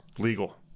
legal